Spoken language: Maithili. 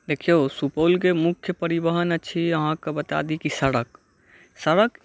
देखिओ सुपौलके मुख्य परिवहन छी अहाँके बता दी कि सड़क सड़क